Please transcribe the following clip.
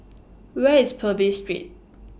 Where IS Purvis Street